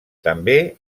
també